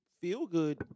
feel-good